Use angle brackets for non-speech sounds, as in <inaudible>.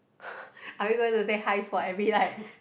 <breath> are we going to say his for every like